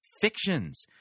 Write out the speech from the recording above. fictions